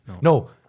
No